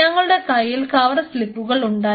ഞങ്ങളുടെ കയ്യിൽ കവർ സ്ലിപ്പുകൾ ഉണ്ടായിരുന്നു